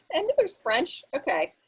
and there's french. ok.